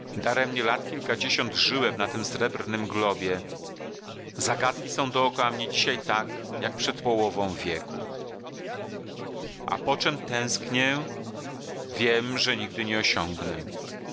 ziemi daremnie lat kilkadziesiąt żyłem na tym srebrnym globie zagadki są dokoła mnie dzisiaj tak jak przed połową wieku a po czem tęsknię wiem że nigdy nie osiągnę